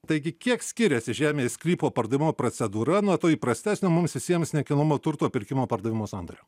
taigi kiek skiriasi žemės sklypo pardavimo procedūra nuo to įprastesnio mums visiems nekilnojamo turto pirkimo pardavimo sandorio